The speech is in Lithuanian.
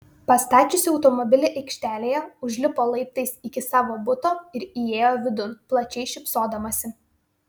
pastačiusi automobilį aikštelėje užlipo laiptais iki savo buto ir įėjo vidun plačiai šypsodamasi